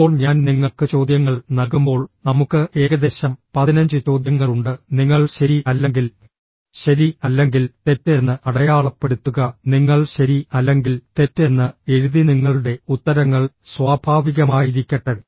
ഇപ്പോൾ ഞാൻ നിങ്ങൾക്ക് ചോദ്യങ്ങൾ നൽകുമ്പോൾ നമുക്ക് ഏകദേശം പതിനഞ്ച് ചോദ്യങ്ങളുണ്ട് നിങ്ങൾ ശരി അല്ലെങ്കിൽ ശരി അല്ലെങ്കിൽ തെറ്റ് എന്ന് അടയാളപ്പെടുത്തുക നിങ്ങൾ ശരി അല്ലെങ്കിൽ തെറ്റ് എന്ന് എഴുതി നിങ്ങളുടെ ഉത്തരങ്ങൾ സ്വാഭാവികമായിരിക്കട്ടെ